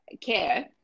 care